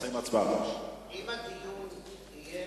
אם הדיון יהיה